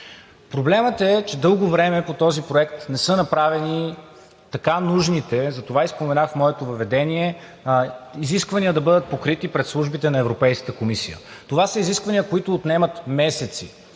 Проблемът е, че дълго време по този проект не са направени да бъдат покрити така нужните – затова и споменах в моето въведение, изисквания пред службите на Европейската комисия. Това са изисквания, които отнемат месеци.